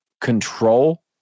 control